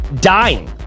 dying